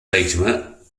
latimer